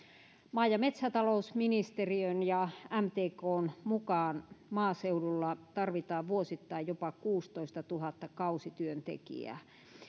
maa ja metsätalousministeriön ja mtkn mukaan maaseudulla tarvitaan vuosittain jopa kuusitoistatuhatta kausityöntekijää